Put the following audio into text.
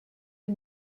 ihr